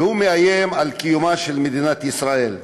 והוא מאיים על קיומה של מדינת ישראל.